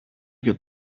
για